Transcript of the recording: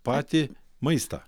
patį maistą